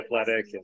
athletic